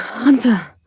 hunter!